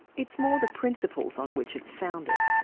it's more the principles on which it's founded.